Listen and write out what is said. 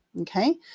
okay